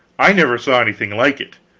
i never saw anything like it.